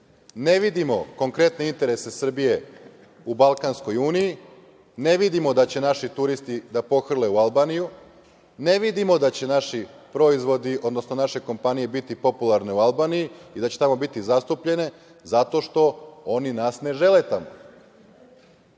vidimo konkretne interese Srbije u Balkanskoj uniji, ne vidimo da će naši turisti da pohrle u Albaniju, ne vidimo da će naši proizvodi, odnosno naše kompanije biti popularne u Albaniji i da će tamo biti zastupljeni zato što oni nas ne žele tamo.